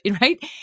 right